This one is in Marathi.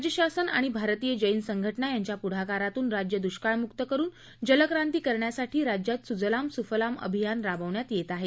राज्य शासन आणि भारतीय जैन संघ जा यांच्या पुढाकारातून राज्य दुष्काळमुक करून जलक्रांती करण्यासाठी राज्यात सुजलाम सूफलाम अभियान राबवण्यात येत आहे